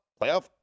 playoff